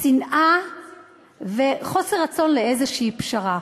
שנאה וחוסר רצון לאיזושהי פשרה.